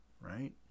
right